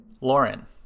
Lauren